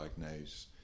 diagnose